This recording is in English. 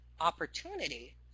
opportunity